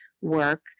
work